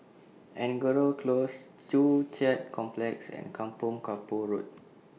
Angora Close Joo Chiat Complex and Kampong Kapor Road